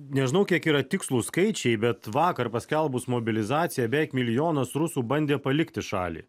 nežinau kiek yra tikslūs skaičiai bet vakar paskelbus mobilizaciją beveik milijonas rusų bandė palikti šalį